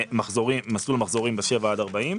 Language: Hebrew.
מסלול מחזורים בשבעה עד 40 קילומטר.